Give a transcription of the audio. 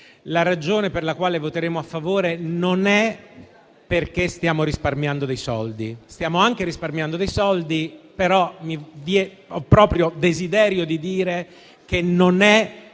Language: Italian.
La ragione per la quale voteremo a favore non è che stiamo risparmiando dei soldi. Stiamo anche risparmiando dei soldi, ma ho davvero desiderio di dire che non è